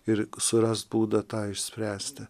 ir surast būdą tą išspręsti